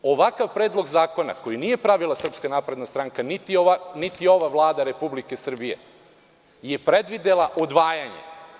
Ovakav predlog zakona koji nije pravila SNS niti ova Vlada Republike Srbije je predvidela odvajanje.